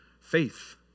faith